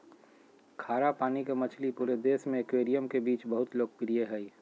खारा पानी के मछली पूरे देश में एक्वेरियम के बीच बहुत लोकप्रिय हइ